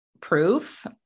proof